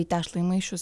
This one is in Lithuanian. į tešlą įmaišius